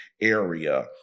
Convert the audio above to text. area